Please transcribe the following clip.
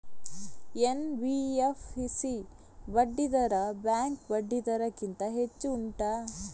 NBFC ಬಡ್ಡಿ ದರ bank ಬಡ್ಡಿ ದರ ಗಿಂತ ಹೆಚ್ಚು ಉಂಟಾ